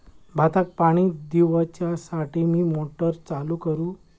भाताक पाणी दिवच्यासाठी मी मोटर चालू करू?